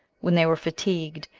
when they were fatigued,